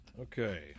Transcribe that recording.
Okay